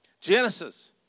Genesis